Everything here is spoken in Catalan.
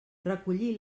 recollir